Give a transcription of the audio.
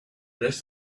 rest